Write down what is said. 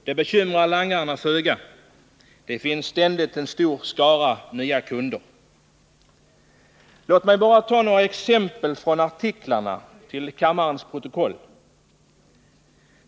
Det bekymrar langarna föga, det finns ständigt en stor skara nya kunder. Låt mig ta några exempel från artiklarna till kammarens protokoll.